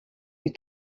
you